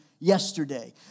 yesterday